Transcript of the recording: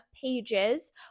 pages